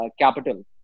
capital